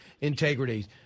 integrity